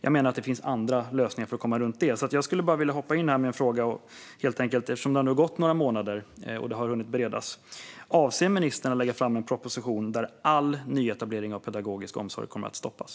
Jag menar att det finns andra lösningar för att komma runt detta. Jag vill därför bara hoppa in här med en fråga eftersom det nu har gått några månader och det har hunnit beredas: Avser ministern att lägga fram en proposition där all nyetablering av pedagogisk omsorg stoppas?